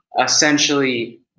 essentially